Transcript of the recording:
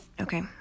okay